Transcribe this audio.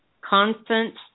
constant